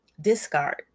Discard